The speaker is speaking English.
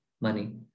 money